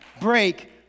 break